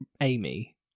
Amy